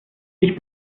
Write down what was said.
ich